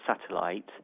satellite